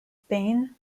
spain